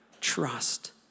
trust